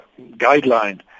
guideline